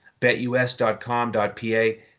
betus.com.pa